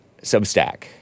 Substack